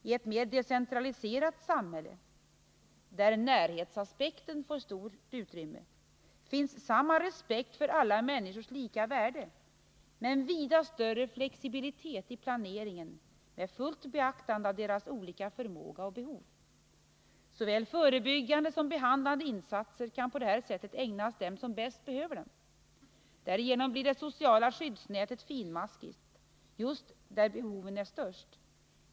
I ett mer decentraliserat samhälle, där närhetsaspekten får stort utrymme, finns ' samma respekt för alla människors lika värde, men vida större flexibilitet i planeringen med fullt beaktande av deras olika förmåga och behov. Såväl förebyggande som behandlande insatser kan på detta sätt ägnas dem som bäst behöver dem. Därigenom blir det sociala skyddsnätet finmaskigt just där behoven är störst.